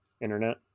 internet